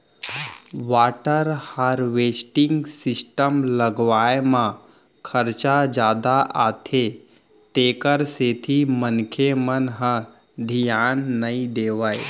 water harvesting system लगवाए म खरचा जादा आथे तेखर सेती मनखे मन ह धियान नइ देवय